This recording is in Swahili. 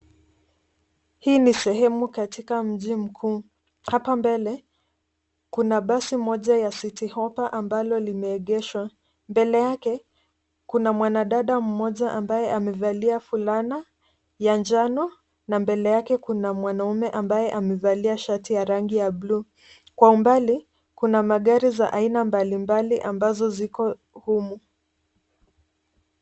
Hii ni sehemu katika mji mkuu. Hapa mbele kuna basi moja ya City Hoppa ambalo limeegeshwa. Mbele yake kuna mwanadada mmoja ambaye amevalia fulani ya njano na mbele yake kuna mwanaume ambaye amevalia sharti ya rangi ya blue . Kwa umbali kuna magari za aina mbalimbali ambazo ziko humu.